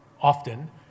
often